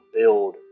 build